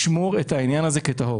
חברי הבית, לשמור את העניין הזה כטהור.